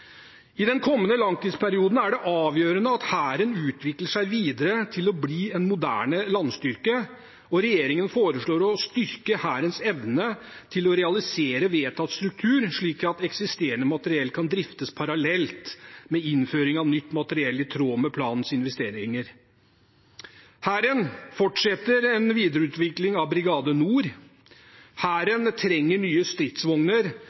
I den kommende langtidsperioden er det avgjørende at Hæren utvikler seg videre til å bli en moderne landstyrke, og regjeringen foreslår å styrke Hærens evne til å realisere vedtatt struktur slik at eksisterende materiell kan driftes parallelt med innføring av nytt materiell i tråd med planens investeringer. Hæren fortsetter en videreutvikling av Brigade Nord. Hæren trenger nye stridsvogner,